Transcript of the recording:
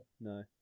no